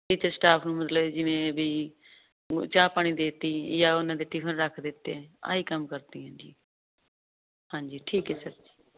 staff ਨੂੰ ਮਤਲਬ ਜਿਵੇਂ ਵੀ ਚਾਹ ਪਾਣੀ ਦੇ ਤੀ ਜਾਂ ਉਹਨਾਂ ਦੇ ਟਿਫਨ ਰੱਖ ਦਿੱਤੇ ਆਹ ਹੀ ਕੰਮ ਕਰਤੀ ਹਾਂਜੀ ਠੀਕ ਹ ਸਰ